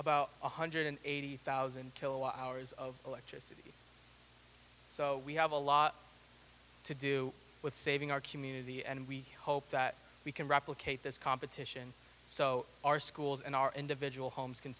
about one hundred eighty thousand kilowatt hours of electricity so we have a lot to do with saving our community and we hope that we can replicate this competition so our schools and our individual homes can